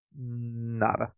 Nada